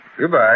Goodbye